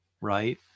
right